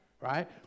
right